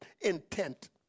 intent